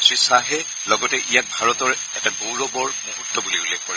শ্ৰীয়াহে লগতে ইয়াক ভাৰতৰ বাবে এটা গৌৰৱৰ মুহুৰ্ত বুলি উল্লেখ কৰে